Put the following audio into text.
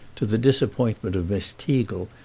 to the disappointment of miss teagle,